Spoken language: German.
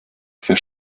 für